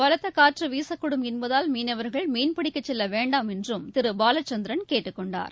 பலத்த காற்று வீசக்கூடும் என்பதால் மீனவர்கள் மீன்பிடிக்க செல்லவேண்டாம் என்றும் திரு பாலச்சந்திரன் கேட்டுக்கொண்டார்